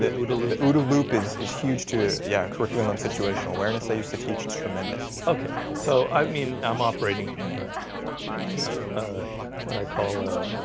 yeah who'da loop who'da loop is is huge yeah curriculum on situational awareness. i used to teach tremendous. okay, so i mean i'm operating from ah from ah ah what i call a